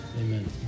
amen